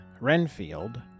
Renfield